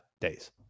days